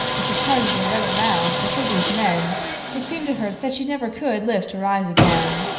if the charges were read aloud before these men it seemed to her that she never could lift her eyes again.